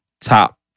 top